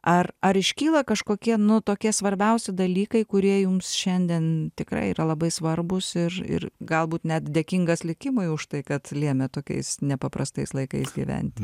ar ar iškyla kažkokie nu tokie svarbiausi dalykai kurie jums šiandien tikrai yra labai svarbūs ir ir galbūt net dėkingas likimui už tai kad lėmė tokiais nepaprastais laikais gyventi